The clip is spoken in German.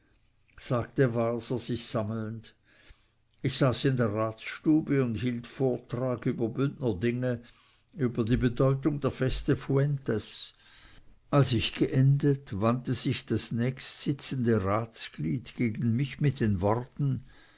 sagte waser sich sammelnd ich saß in der ratsstube und hielt vortrag über bündnerdinge über die bedeutung der feste fuentes als ich geendet wandte sich das nächstsitzende ratsglied gegen mich mit den worten